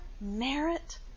merit